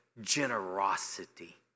Generosity